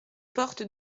porte